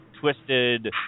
twisted